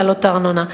להעלות את הארנונה.